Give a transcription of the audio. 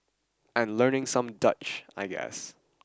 and learning some Dutch I guess